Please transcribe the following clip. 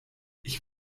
ich